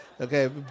Okay